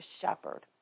shepherd